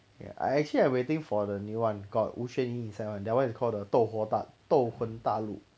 ya I actually I waiting for the new one got 吴宣仪 inside [one] that one is called the 豆活大豆魂大陆